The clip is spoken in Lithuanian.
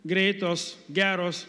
greitos geros